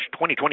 2020